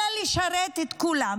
אלא לשרת את כולם.